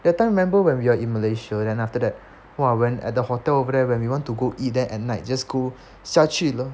that time remember when we are in malaysia then after that !wah! when at the hotel over there when we want to go eat there at night then just go 下去